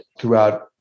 throughout